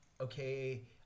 okay